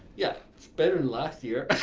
yeah, it's better last year.